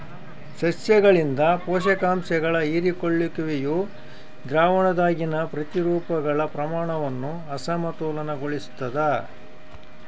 ಸಸ್ಯಗಳಿಂದ ಪೋಷಕಾಂಶಗಳ ಹೀರಿಕೊಳ್ಳುವಿಕೆಯು ದ್ರಾವಣದಾಗಿನ ಪ್ರತಿರೂಪಗಳ ಪ್ರಮಾಣವನ್ನು ಅಸಮತೋಲನಗೊಳಿಸ್ತದ